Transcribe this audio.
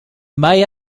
may